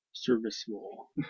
serviceable